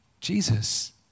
Jesus